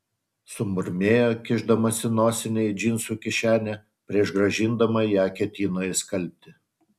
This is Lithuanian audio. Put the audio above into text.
sumurmėjo kišdamasi nosinę į džinsų kišenę prieš grąžindama ją ketino išskalbti